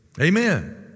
Amen